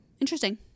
Interesting